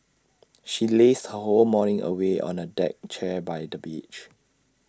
she lazed her whole morning away on A deck chair by the beach